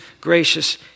gracious